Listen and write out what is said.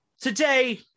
today